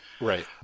Right